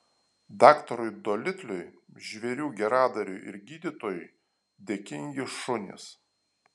daktarui dolitliui žvėrių geradariui ir gydytojui dėkingi šunys